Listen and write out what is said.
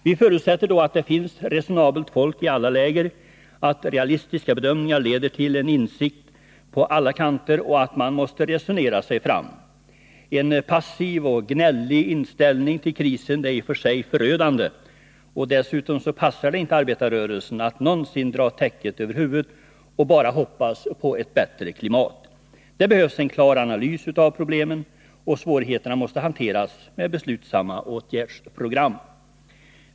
Vi förutsätter då att det finns resonabelt folk i alla läger, att realistiska bedömningar leder till en insikt på alla kanter om att man måste resonera sig fram. En passiv och gnällig inställning till krisen är i sig själv förödande. Dessutom passar det inte arbetarrörelsen att någonsin dra täcket över huvudet och bara hoppas på ett bättre klimat. Det behövs en klar analys av problemen, och svårigheterna måste hanteras med beslutsamma åtgärdsprogram.